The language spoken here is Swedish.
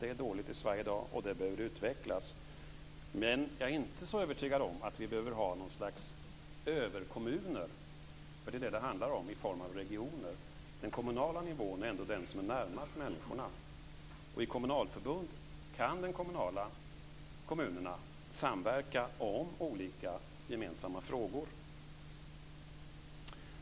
Det är dåligt i Sverige i dag, och det behöver utvecklas. Men jag är inte så övertygad om att vi behöver ha något slags överkommuner, för det är vad det handlar om, i form av regioner. Den kommunala nivån är ändå den som är närmast människorna, och i kommunalförbund kan kommunerna samverka om olika gemensamma frågor.